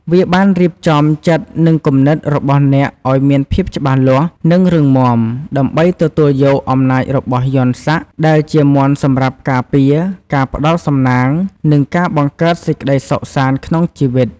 វាបានរៀបចំចិត្ត និងគំនិតរបស់អ្នកឲ្យមានភាពច្បាស់លាស់ និងរឹងមាំ ដើម្បីទទួលយក អំណាចរបស់យន្តសាក់ ដែលជាមន្តសម្រាប់ការពារ ការផ្ដល់សំណាង និងការបង្កើតសេចក្ដីសុខសាន្តក្នុងជីវិត។